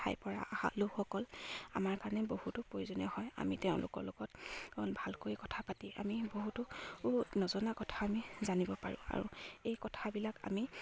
ঠাইৰ পৰা অহা লোকসকল আমাৰ কাৰণে বহুতো প্ৰয়োজনীয় হয় আমি তেওঁলোকৰ লগত ভালকৈ কথা পাতি আমি বহুতো নজনা কথা আমি জানিব পাৰোঁ আৰু এই কথাবিলাক আমি